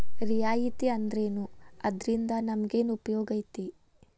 ರಿಯಾಯಿತಿ ಅಂದ್ರೇನು ಅದ್ರಿಂದಾ ನಮಗೆನ್ ಉಪಯೊಗೈತಿ?